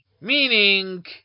Meaning